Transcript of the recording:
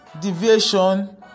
deviation